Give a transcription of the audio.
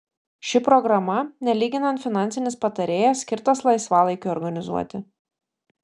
ši programa nelyginant finansinis patarėjas skirtas laisvalaikiui organizuoti